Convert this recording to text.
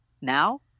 now